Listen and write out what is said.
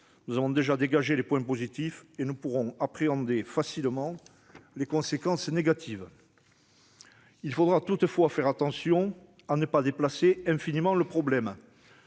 Nous avons déjà dégagé les points positifs, et nous pourrons appréhender facilement les conséquences négatives. Il faudra toutefois faire attention à ne pas déplacer infiniment le problème.